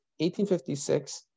1856